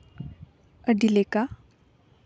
ᱟᱹᱰᱤ ᱞᱮᱠᱟ